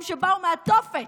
שבאו מהתופת,